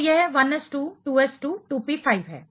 तो यह 1s2 2s2 2p5 है